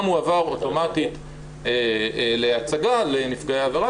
מועבר אוטומטית להצגה לנפגעי העבירה,